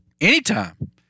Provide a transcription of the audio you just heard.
anytime